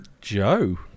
Joe